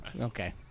Okay